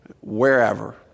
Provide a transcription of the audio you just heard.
wherever